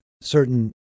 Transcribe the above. certain